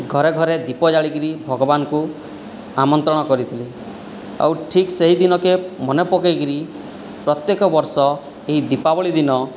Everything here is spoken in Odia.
ଘରେ ଘରେ ଦୀପ ଜାଳିକରି ଭଗବାନଙ୍କୁ ଆମନ୍ତ୍ରଣ କରିଥିଲେ ଆଉ ଠିକ୍ ସେହି ଦିନକୁ ମନେ ପକାଇକରି ପ୍ରତ୍ୟେକ ବର୍ଷ ଏହି ଦୀପାବଳି ଦିନ